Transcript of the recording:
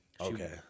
Okay